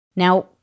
Now